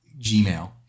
Gmail